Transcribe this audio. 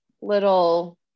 little